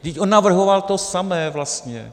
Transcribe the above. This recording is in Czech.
Vždyť on navrhoval to samé vlastně!